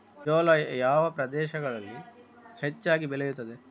ಜೋಳ ಯಾವ ಪ್ರದೇಶಗಳಲ್ಲಿ ಹೆಚ್ಚಾಗಿ ಬೆಳೆಯುತ್ತದೆ?